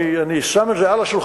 אני שם את זה על השולחן,